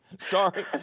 Sorry